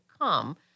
come